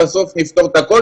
לא בפריסתו.